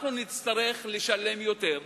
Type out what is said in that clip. אנחנו נצטרך לשלם יותר,